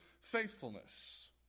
faithfulness